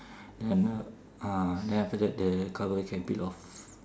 then ah then after that the cover can peel off